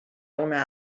una